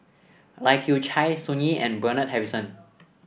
Lai Kew Chai Sun Yee and Bernard Harrison